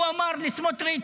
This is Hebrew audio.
הוא אמר לסמוטריץ':